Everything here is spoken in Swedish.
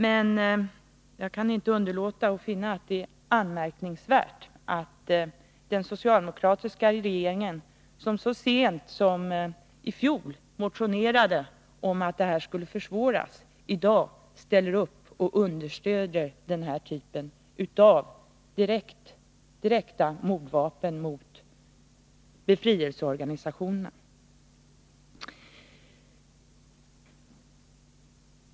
Men jag kan inte underlåta att tycka att det är anmärkningsvärt att socialdemokraterna, som så sent som i fjol motionerade om att detta skulle försvåras, i dag ställer upp och understöder den här typen av direkta mordvapen mot befrielseorganisationerna.